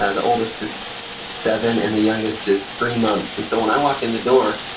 ah the oldest is seven and the youngest is three months, and so when i walk in the door,